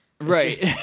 Right